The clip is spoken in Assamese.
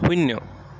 শূন্য